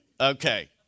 Okay